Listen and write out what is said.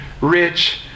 Rich